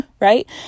right